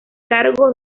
cargo